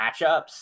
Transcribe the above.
matchups